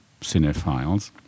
cinephiles